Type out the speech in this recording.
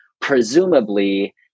presumably